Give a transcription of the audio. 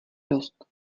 dost